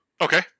Okay